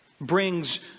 brings